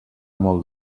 molt